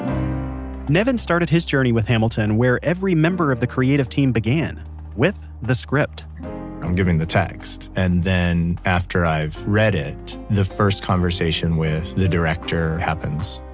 nevin started his journey with hamilton where every member of the creative team began with the script i'm given the text. and then after i've read it, the first conversation with the director happens.